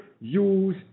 use